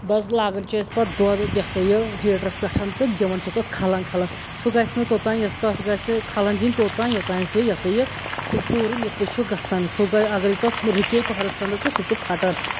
بَس لاگان چھِ أسۍ پتہٕ دۄدھ یہِ ہسا یہِ ہیٖٹرَس پٮ۪ٹھ تہٕ دِوان چھِ تَتھ کھلن کھلَن سُہ گژھہِ نہٕ توٚتانۍ تَتھ گژھہِ کھلَن دِنۍ توٚتانۍ یوٚتانۍ سُہ یہِ ہسا یہِ پوٗرٕ مِکٕس چھُ گژھان سُہ گژھہِ اَگرٔے تَس رُکے پَہرَس کھٔنٛڈَس تہٕ سُہ چھُ پھٹان